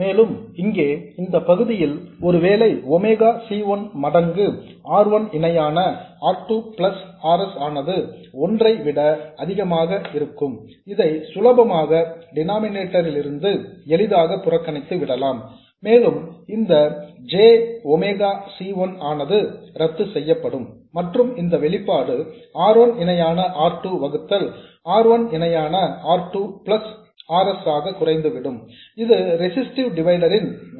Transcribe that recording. மேலும் இங்கே இந்த பகுதியில் ஒருவேளை ஒமேகா C 1 மடங்கு R 1 இணையான R 2 பிளஸ் R s ஆனது ஒன்றை விட அதிகமாக இருக்கும் இதை சுலபமாக டினாமிநேட்டர் லிருந்து எளிதாக புறக்கணித்து விடலாம் மேலும் இந்த j ஒமேகா C 1 ஆனது ரத்து செய்யப்படும் மற்றும் இந்த வெளிப்பாடு R 1 இணையான R 2 வகுத்தல் R 1 இணையான R 2 பிளஸ் R s ஆக குறைந்துவிடும் இது ரெசிஸ்ட்டிவ் டிவைடர் ன் வெளிப்பாடு ஆகும்